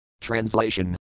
Translation